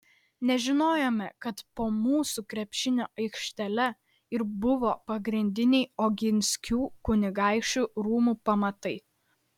nežinojome kad po mūsų krepšinio aikštele ir buvo pagrindiniai oginskių kunigaikščių rūmų pamatai